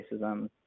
racism